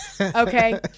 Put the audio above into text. Okay